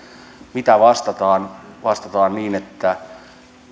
mitä vastataan vastataan niin että